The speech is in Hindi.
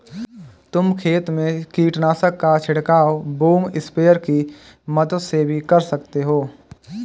तुम खेत में कीटनाशक का छिड़काव बूम स्प्रेयर की मदद से भी कर सकते हो